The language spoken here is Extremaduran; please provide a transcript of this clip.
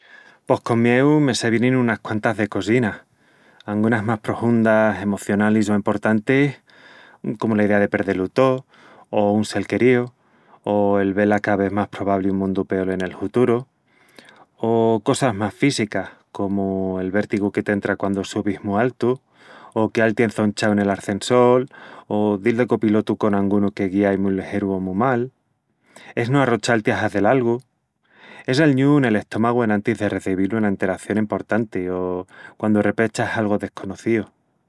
Pos con mieu me se vienin unas quantas de cosinas, angunas más prohundas, emocionalis o emportantis, comu la idea de perdé-lu tó o un sel queríu... o el vel a ca ves más probabli un mundu peol en el huturu; o cosas más físicas, comu el vértigu que t'entra quandu subis mu altu,.. o queal-ti ençonchau nel arcensol o dil de copilotu con angunu que guíai mu ligeru o mu mal... Es no arrochal-ti a hazel algu. Es el ñúu nel estómagu enantis de recebil una enteración emportanti o quandu repechas algu desconocíu.